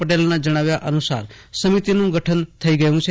પટેલના જજ્ઞાવ્યા અનુસાર સમિતિનું ગઠન થઈ ગયું છે